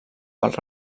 pels